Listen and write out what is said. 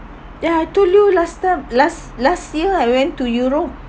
ya I told you last time last last year I went to europe